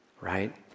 Right